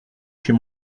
chez